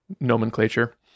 nomenclature